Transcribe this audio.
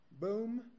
Boom